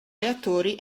reattori